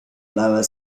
lower